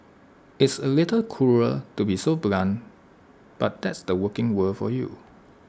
it's A little cruel to be so blunt but that's the working world for you